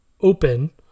open